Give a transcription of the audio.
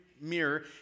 mirror